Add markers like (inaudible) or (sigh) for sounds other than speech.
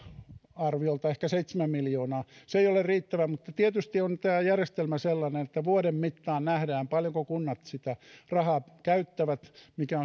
arviolta ehkä seitsemän miljoonaa se ei ole riittävä mutta tietysti on tämä järjestelmä sellainen että vuoden mittaan nähdään paljonko kunnat sitä rahaa käyttävät mikä (unintelligible)